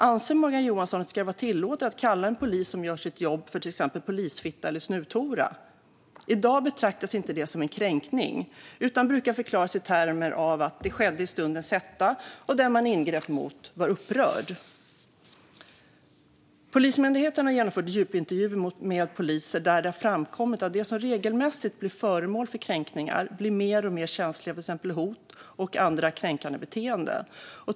Anser Morgan Johansson att det ska vara tillåtet att kalla en polis som gör sitt jobb för till exempel polisfitta eller snuthora? I dag betraktas sådant inte som en kränkning utan brukar förklaras i termer av att det skedde i stundens hetta och att den man ingrep mot var upprörd. Polismyndigheten har genomfört djupintervjuer med poliser där har det framkommit att de som regelmässigt blir föremål för kränkningar blir mer och mer känsliga för till exempel hot och andra kränkande beteenden.